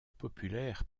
populaire